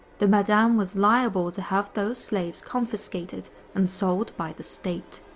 the madame was liable to have those slaves confiscated and sold by the state.